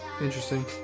Interesting